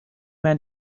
man